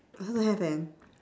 also don't have eh